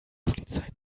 polizei